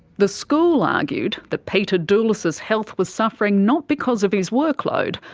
the school argued that peter doulis's health was suffering not because of his workload,